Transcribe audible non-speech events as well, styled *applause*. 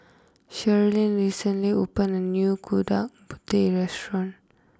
Shirlene recently opened a new *unintelligible* Putih restaurant